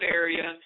area